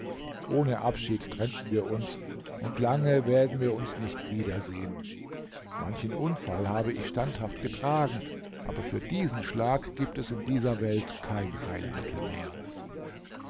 ohne abschied trennten wir uns und lange werden wir uns nicht wiedersehen manchen unfall habe ich standhaft getragen aber für diesen schlag gibt es in dieser welt kein heilmittel mehr